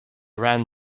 ran